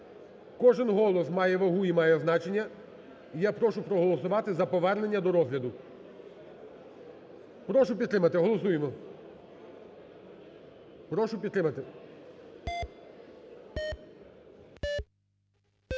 Кожен голос має вагу і має значення, і я прошу проголосувати за повернення до розгляду. Прошу підтримати. Голосуємо. Прошу підтримати.